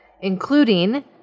including